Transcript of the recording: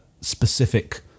specific